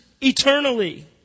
eternally